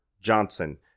johnson